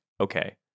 okay